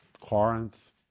Corinth